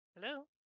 Hello